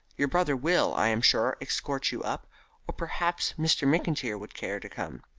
your brother will, i am sure, escort you up or perhaps mr. mcintyre would care to come?